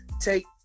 take